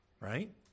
right